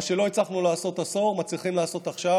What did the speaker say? מה שלא הצלחנו לעשות עשור מצליחים לעשות עכשיו,